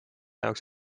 jaoks